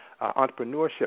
Entrepreneurship